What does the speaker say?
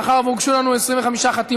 מאחר שהוגשו לנו 20 חתימות,